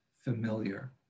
familiar